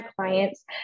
clients